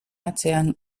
atzean